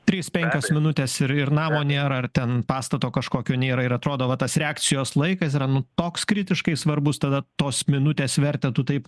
trys penkios minutės ir ir namo nėra ar ten pastato kažkokio nėra ir atrodo va tas reakcijos laikas yra nu toks kritiškai svarbus tada tos minutės vertę tu taip